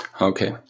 Okay